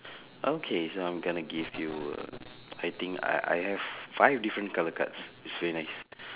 okay so I'm gonna give you uh I think I I have five different colour cards it's very nice